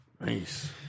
Nice